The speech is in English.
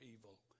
evil